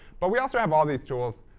but we also have all these tools.